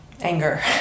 anger